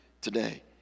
today